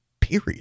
period